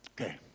Okay